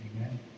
Amen